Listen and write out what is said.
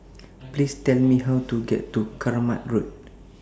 Please Tell Me How to get to Kramat Road